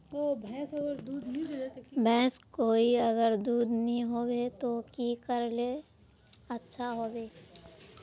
भैंस कोई अगर दूध नि होबे तो की करले ले अच्छा होवे?